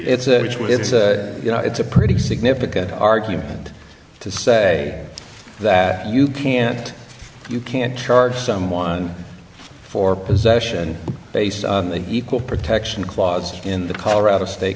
it's a ritual it's a you know it's a pretty significant argument to say that you can't you can't charge someone for possession based on the equal protection clause in the colorado state